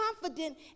confident